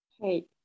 Hey